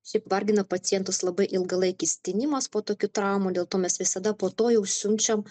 šiaip vargina pacientus labai ilgalaikis tinimas po tokių traumų dėl to mes visada po to jau siunčiam